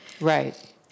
Right